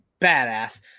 badass